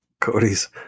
Cody's